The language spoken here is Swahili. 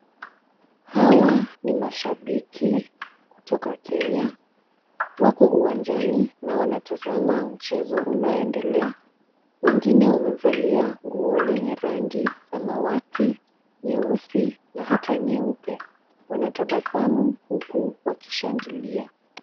Hawa ni mashabiki kutoka Kenya. Wako uwanjani na wanatazama mchezo unaoendelea. Wengine wamevalia nguo lenye rangi samawati, nyeusi na hata nyeupe. Wanatabasamu huku wakishangilia.